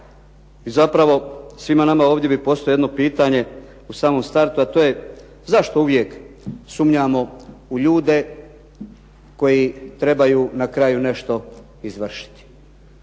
I zapravo svima nama ovdje bih postavio jedno pitanje u samom startu a to je zašto uvijek sumnjamo u ljude koji trebaju na kraju nešto izvršiti?